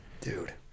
Dude